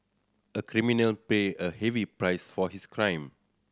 a criminal paid a heavy price for his crime